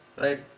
Right